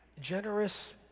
generous